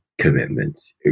commitments